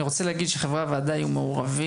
אני רוצה להגיד שחברי הוועדה היו מעורבים